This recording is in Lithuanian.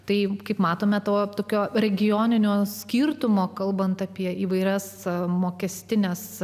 tai kaip matome to tokio regioninių skirtumų kalbant apie įvairias mokestines